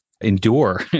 endure